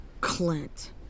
Clint